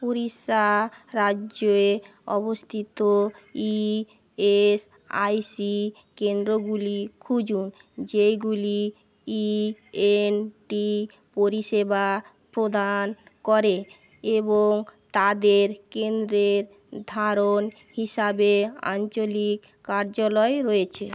উড়িষ্যা রাজ্যে অবস্থিত ইএসআইসি কেন্দ্রগুলি খুঁজুন যেগুলি ইএনটি পরিষেবা প্রদান করে এবং তাদের কেন্দ্রের ধারণ হিসাবে আঞ্চলিক কার্যালয় রয়েছে